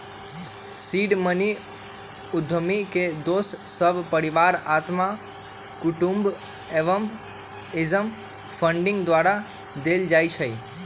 seed money उद्यमी के दोस सभ, परिवार, अत्मा कुटूम्ब, एंजल फंडिंग द्वारा देल जाइ छइ